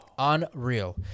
unreal